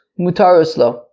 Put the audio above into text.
Mutaroslo